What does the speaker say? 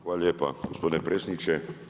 Hvala lijepa gospodine predsjedniče.